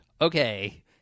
okay